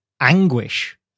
anguish